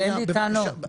אין לי טענות.